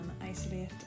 isolate